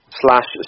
slash